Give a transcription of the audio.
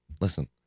listen